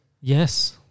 Yes